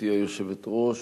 גברתי היושבת-ראש.